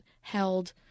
held